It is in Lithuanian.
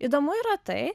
įdomu yra tai